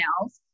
else